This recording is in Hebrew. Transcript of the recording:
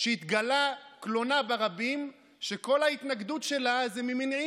לא מרשימות אותי בכלל כל ההצגות האלה.